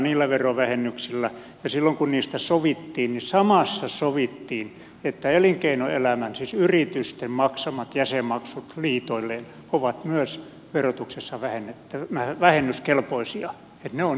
niillä verovähennyksillä ei herran huonetta rakenneta ja silloin kun niistä sovittiin samassa sovittiin että myös elinkeinoelämän siis yritysten maksamat jäsenmaksut liitoille ovat verotuksessa vähennyskelpoisia niin että ne ovat yksi yhteen